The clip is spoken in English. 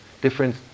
different